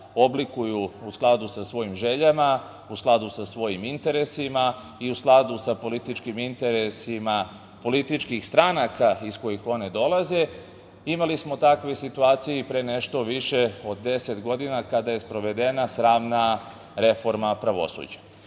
oblikuju u skladu sa svojim željama, u skladu sa svojim interesima i u skladu sa političkim interesima političkih stranaka iz kojih oni dolaze. Imali smo takvu situacije pre nešto više od 10 godina kada je sprovedena sramna reforma pravosuđa. Kada